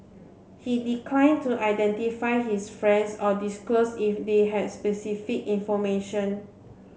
he declined to identify his friends or disclose if they had specific information